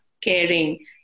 caring